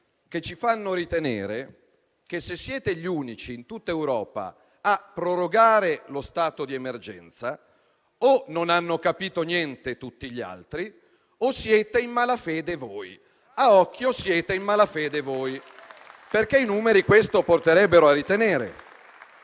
che ci fanno ritenere che, se siete gli unici in tutta Europa a prorogare lo stato di emergenza, o non hanno capito niente tutti gli altri o siete in malafede voi. A occhio, siete in malafede voi, perché i numeri questo porterebbero a ritenere.